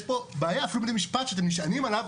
יש פה בעיה אפילו בית המשפט שאתם נשענים עליו,